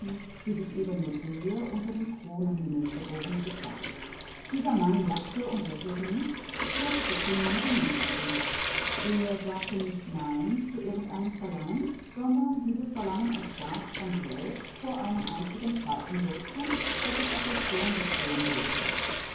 die sich eben nur der unter dem kronenhimmel geborene gestattet dieser mann lachte und lächelte nicht er zuckte nur mit den mundwinkeln er sagte nicht nein zu irgendeinem verlangen sondern dieses verlangen erstarb von selbst vor einem einzigen faltenwölkchen das sich auf der stirn des hohen bildete